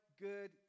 good